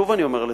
שוב אני אומר,